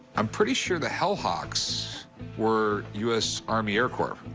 i'm pretty sure the hell hawks were us army air corps.